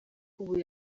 ubu